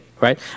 right